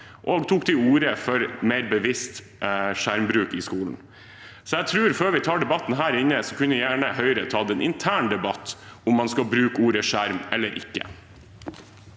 og tok til orde for mer bevisst skjermbruk i skolen. Jeg tror at før vi tar debatten her, kunne gjerne Høyre tatt en intern debatt om man skal bruke ordet «skjerm» eller ikke.